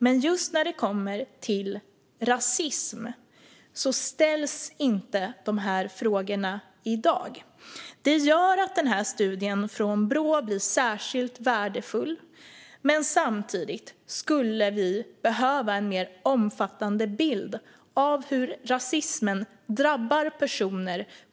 Men just när det kommer till rasism ställs inte dessa frågor i dag. Det gör att studien från Brå blir särskilt värdefull, men vi skulle behöva en mer omfattande bild av hur rasismen drabbar personer.